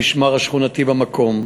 המשמר השכונתי במקום,